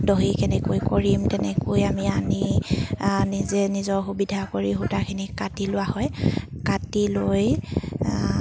দহি কেনেকৈ কৰিম তেনেকৈ আমি আনি নিজে নিজৰ সুবিধা কৰি সূতাখিনি কাটি লোৱা হয় কাটি লৈ